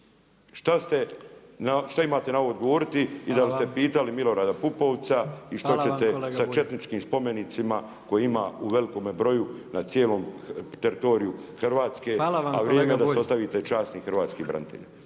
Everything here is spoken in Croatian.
Šta imate na ovo odgovoriti i da li ste pitali Milorada Pupovca i što ćete sa četničkim spomenicima koje ima u velikom broju na cijelom teritoriju Hrvatske. **Jandroković, Gordan (HDZ)** Hvala